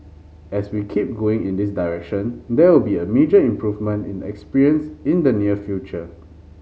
as we keep going in this direction there will be a major improvement in experience in the near future